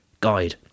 guide